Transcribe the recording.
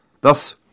Thus